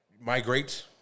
migrate